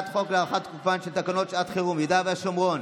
להארכת תוקפן של תקנות שעת חירום (יהודה והשומרון,